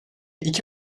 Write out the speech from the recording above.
iki